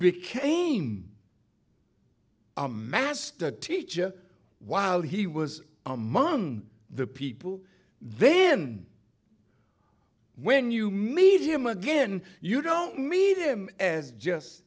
became a master teacher while he was among the people then when you meet him again you don't meet him as just